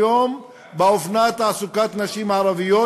היום באופנה תעסוקת נשים ערביות,